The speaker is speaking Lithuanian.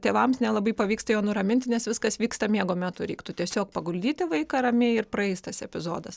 tėvams nelabai pavyksta jo nuraminti nes viskas vyksta miego metu reiktų tiesiog paguldyti vaiką ramiai ir praeis tas epizodas